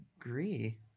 agree